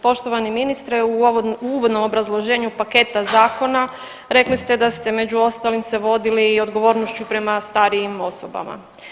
Poštovani ministre, u ovo uvodnom obrazloženju paketa zakona, rekli ste da ste, među ostalim se vodili i odgovornošću prema starijim osobama.